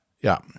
ja